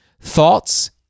Thoughts